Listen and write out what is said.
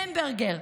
למברגר,